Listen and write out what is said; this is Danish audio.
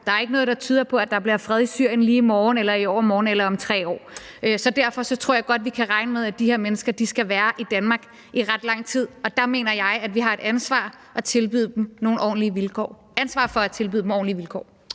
der er ikke noget, der tyder på, at der bliver fred i Syrien lige i morgen, i overmorgen eller om 3 år. Så derfor tror jeg godt, vi kan regne med, at de her mennesker skal være i Danmark i ret lang tid, og der mener jeg, at vi har et ansvar for at tilbyde dem nogle ordentlige vilkår. Kl. 17:37 Formanden (Henrik